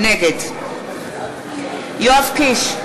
נגד יואב קיש,